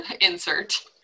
insert